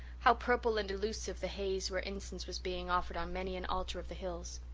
how purple and elusive the haze where incense was being offered on many an altar of the hills!